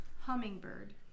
Hummingbird